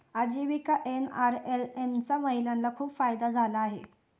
आजीविका एन.आर.एल.एम चा महिलांना खूप फायदा झाला आहे